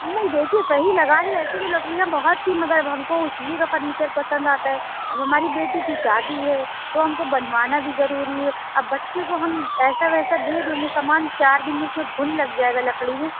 نہیں دیکھیے صحیح لگا لیے ایسے تو لکڑیاں بہت تھی مگر اب ہم کو اُسی کا فرنیچر پسند آتا ہے اب ہماری بیٹی کی شادی ہے تو ہم کو بنوانا بھی ضروری ہے اب بچوں کو ہم ایسا ویسا دے دیں گے سامان چار دِن میں اُس میں گُھن لگ جائے گا لکڑی میں